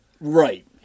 Right